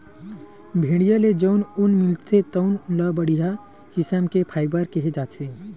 भेड़िया ले जउन ऊन मिलथे तउन ल बड़िहा किसम के फाइबर केहे जाथे